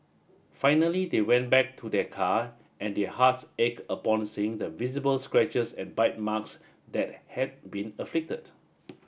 finally they went back to their car and their hearts ache upon seeing the visible scratches and bite marks that had been inflicted